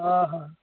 हँ हँ